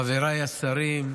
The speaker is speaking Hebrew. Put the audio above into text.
חבריי השרים,